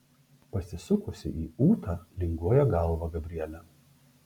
pasisukusi į ūtą linguoja galvą gabrielė